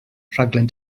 rhaglen